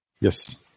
Yes